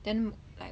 then like